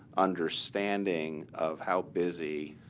understanding of how busy,